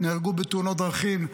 נהרגו בתאונות דרכים.